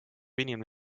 inimene